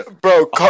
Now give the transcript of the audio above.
bro